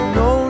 no